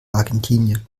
argentinien